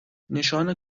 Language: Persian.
نشان